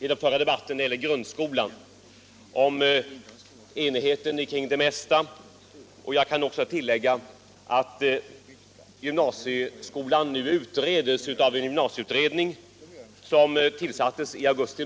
i den förra debatten om grundskolan, nämligen att vi är eniga om det mesta. Jag kan också tillägga att gymnasieskolan nu utreds av en gymnasieutredning som tillsattes i augusti.